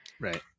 Right